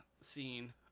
scene